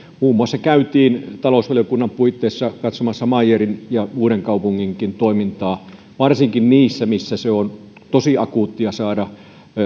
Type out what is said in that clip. käytiin talousvaliokunnan puitteissa katsomassa muun muassa meyerin ja uudenkaupungin toimintaa varsinkin niissä tapauksissa joissa on tosi akuuttia saada